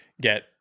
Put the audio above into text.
get